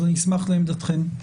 אז אני אשמח לעמדתכם.